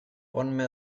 ponme